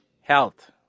health